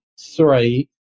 Three